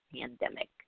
pandemic